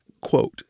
Quote